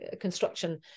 construction